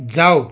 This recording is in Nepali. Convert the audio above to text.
जाऊ